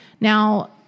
Now